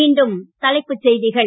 மீண்டும் தலைப்புச் செய்திகள்